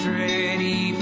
ready